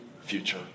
future